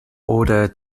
order